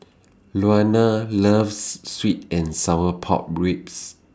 Luana loves Sweet and Sour Pork Ribs